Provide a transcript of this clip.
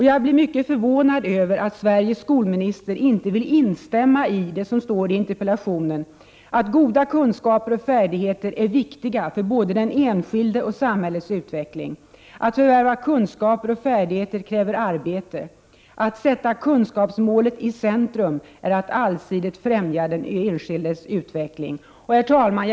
Jag blir mycket förvånad över att Sveriges skolminister inte vill instämma i det som står i min interpellation, att goda kunskaper och färdigheter är viktiga för både den enskilde och samhällets utveckling, att det kräver arbete att förvärva kunskaper och färdigheter och att det är att allsidigt främja den enskildes utveckling att sätta kunskapsmålet i centrum. Herr talman!